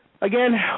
again